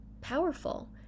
powerful